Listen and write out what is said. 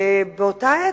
ובאותה עת,